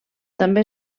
també